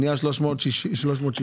הצבעה אושר.